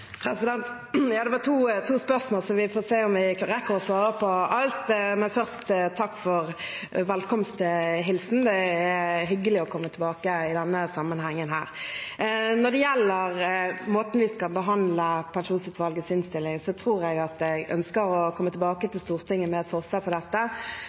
Det var to spørsmål, så vi får se om vi kan rekke å svare på alt. Men først takk for velkomsthilsenen – det er hyggelig å komme tilbake i denne sammenhengen. Når det gjelder måten vi skal behandle Pensjonsutvalgets innstilling på, tror jeg at jeg ønsker å komme tilbake til Stortinget med et forslag om dette.